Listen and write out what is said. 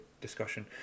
discussion